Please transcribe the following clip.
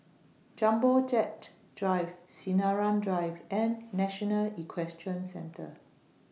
Jumbo Jet Drive Sinaran Drive and National Equestrian Centre